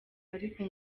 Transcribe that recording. ariko